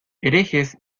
herejes